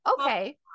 okay